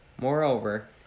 Moreover